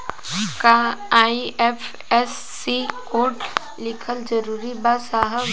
का IFSC code लिखल जरूरी बा साहब?